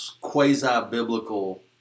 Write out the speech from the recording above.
quasi-biblical